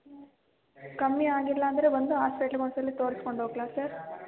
ಕಮ್ಮಿ ಆಗಿಲ್ಲ ಅಂದರೆ ಬಂದು ಹಾಸ್ಪೆಟ್ಲಗೆ ಒಂದು ಸಲ ತೋರ್ಸ್ಕೊಂಡು ಹೋಗಲಾ ಸರ್